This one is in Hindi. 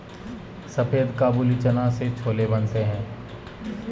सफेद काबुली चना से छोले बनते हैं